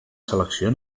selecció